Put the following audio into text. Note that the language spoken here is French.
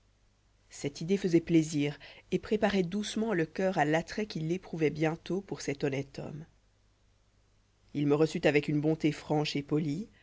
cette idée faisoit plaisir et préparoit doucement le coeur à l'attrait qu'il éprouvent bientôt pour cet honnête homme il me reçut avec une bonté franche et polie